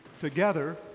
together